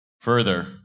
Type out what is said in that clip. Further